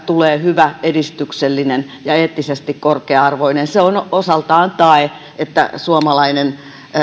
tulee hyvä edistyksellinen ja eettisesti korkea arvoinen se on osaltaan tae että suomalainen